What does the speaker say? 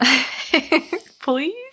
Please